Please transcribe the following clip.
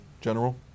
General